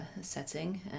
setting